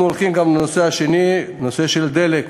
אנחנו הולכים גם לנושא השני, נושא הדלק.